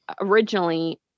originally